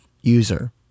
user